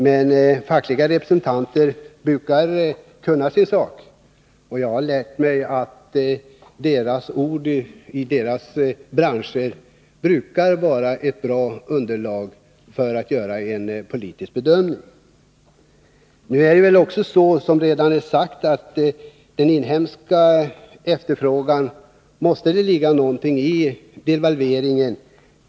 Men fackliga representanter brukar kunna sin sak, och jag har lärt mig att deras ord i deras egna branscher brukar vara ett bra underlag när man skall göra en politisk bedömning. Nu är det väl också så, som redan sagts, att den inhemska efterfrågan måste påverkas av devalveringen.